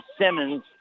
Simmons